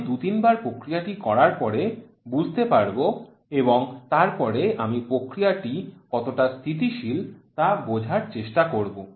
আমি দু তিনবার প্রক্রিয়াটি করার পরে বুঝতে পারব এবং তারপরে আমি প্রক্রিয়াটি কতটা স্থিতিশীল তা বোঝার চেষ্টা করব